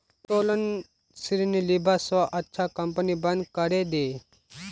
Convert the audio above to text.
उत्तोलन ऋण लीबा स अच्छा कंपनी बंद करे दे